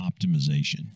Optimization